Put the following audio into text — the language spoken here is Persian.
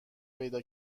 پیدا